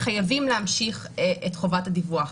חייבים להמשיך את חובת הדיווח.